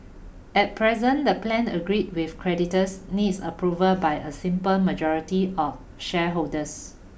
at present the plan agreed with creditors needs approval by a simple majority of shareholders